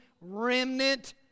remnant